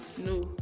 no